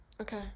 Okay